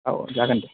औ जागोन दे